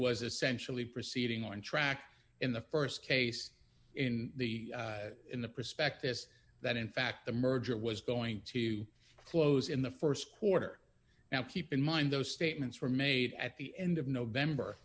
was essentially proceeding on track in the st case in the in the prospectus that in fact the merger was going to close in the st quarter now keep in mind those statements were made at the end of november